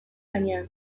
gainean